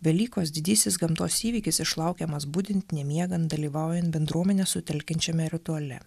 velykos didysis gamtos įvykis išlaukiamas budint nemiegant dalyvaujant bendruomenę sutelkiančiame rituale